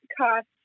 cost